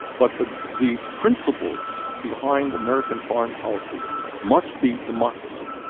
but the the principles behind american foreign policy must be democracy,